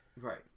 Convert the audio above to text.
right